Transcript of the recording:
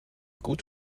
gut